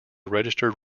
registered